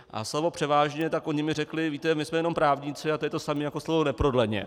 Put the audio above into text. A slovo převážně tak oni mi řekli: víte, my jsme jenom právníci a to je to samé jako slovo neprodleně.